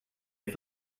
for